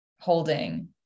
holding